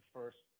First